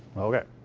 okay.